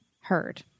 heard